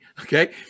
okay